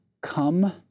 Come